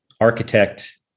architect